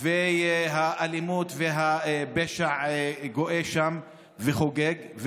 והאלימות והפשע גואים וחוגגים שם,